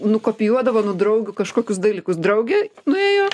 nukopijuodavo nuo draugių kažkokius dalykus draugė nuėjo